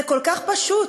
זה כל כך פשוט.